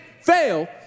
fail